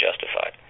justified